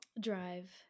drive